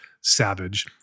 savage